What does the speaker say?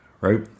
right